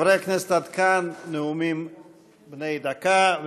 חברי הכנסת, עד כאן נאומים בני דקה.